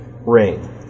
Rain